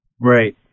Right